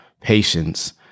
patience